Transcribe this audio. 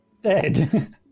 Dead